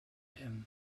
him